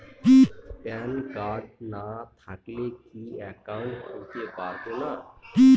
Pan card না থাকলে কি একাউন্ট খুলতে পারবো না?